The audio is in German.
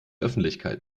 öffentlichkeit